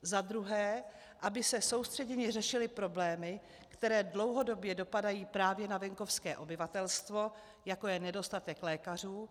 Za druhé, aby se soustředěně řešily problémy, které dlouhodobě dopadají právě na venkovské obyvatelstvo, jako je nedostatek lékařů.